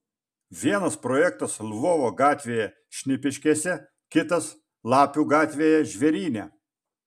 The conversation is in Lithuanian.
vienas projektas lvovo gatvėje šnipiškėse kitas lapių gatvėje žvėryne